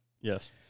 Yes